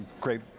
great